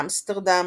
אמסטרדאם,